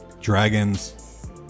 Dragons